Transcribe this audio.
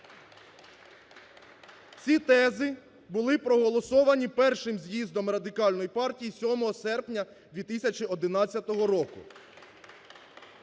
Ці тези були проголосовані першим з'їздом Радикальної партії 7 серпня 2011 року…